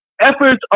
efforts